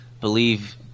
believe